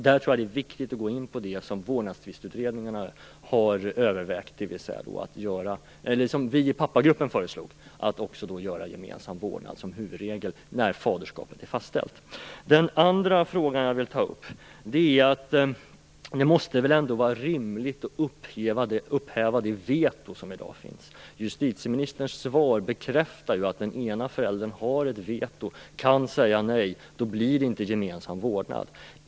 Jag tror att det som vi i Pappagruppen föreslog är viktigt, dvs. att huvudregeln skall vara gemensam vårdnad när faderskapet är fastställt. Den andra frågan som jag vill ta upp är att det måste vara rimligt att upphäva det veto som i dag finns. Justitieministerns svar bekräftar att den ena föräldern har ett veto. Den kan säga nej, och då blir det ingen gemensam vårdnad.